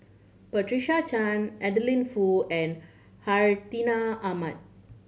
Patricia Chan Adeline Foo and Hartinah Ahmad